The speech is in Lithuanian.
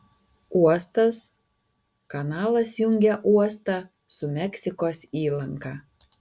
uostas kanalas jungia uostą su meksikos įlanka